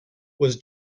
was